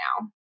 now